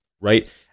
right